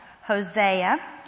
Hosea